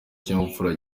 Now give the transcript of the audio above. ikinyabupfura